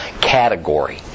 category